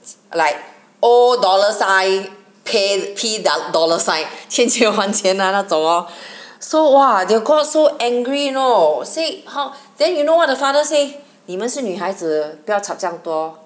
like owe dollar sign pay P dollar sign 欠缺还钱的那种咯 so !wah! the girl so angry you know say how then you know what the father say 你们是女孩子不要 chup 这样多